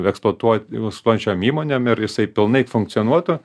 eksploatuot eksplnuojančiom įmonėm ir jisai pilnai funkcionuotų